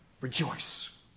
Rejoice